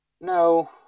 No